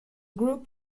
group